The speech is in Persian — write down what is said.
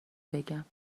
بگم